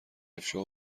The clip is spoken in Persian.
افشا